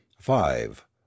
five